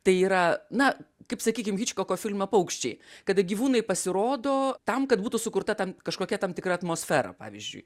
tai yra na kaip sakykim hičkoko filme paukščiai kada gyvūnai pasirodo tam kad būtų sukurta tam kažkokia tam tikra atmosfera pavyzdžiui